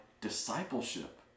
discipleship